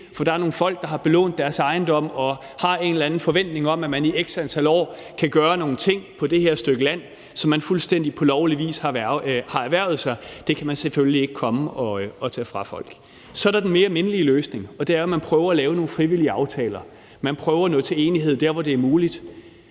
for der er nogle folk, der har belånt deres ejendom og har en eller anden forventning om, at man i x antal år kan gøre nogle ting på det her stykke land, som man på fuldstændig lovlig vis har erhvervet sig. Det kan vi selvfølgelig ikke komme at tage fra folk. Så er der den mere mindelige løsning, og det er, at man prøver at lave nogle frivillige aftaler, at man prøver at nå til enighed der, hvor det er muligt,